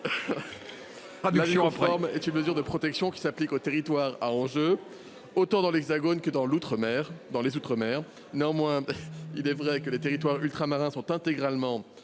(CDPENAF) est une mesure de protection qui s’applique aux territoires à enjeux, autant dans l’Hexagone que dans les outre mer. Néanmoins, il est vrai que les territoires ultramarins sont intégralement